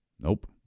Nope